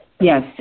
Yes